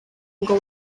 ngo